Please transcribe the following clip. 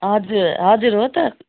हजुर हजुर हो त